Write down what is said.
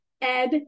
ed